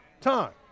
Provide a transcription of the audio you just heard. time